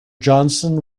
johnson